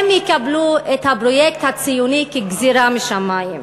הם יקבלו את הפרויקט הציוני כגזירה משמים.